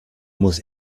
muss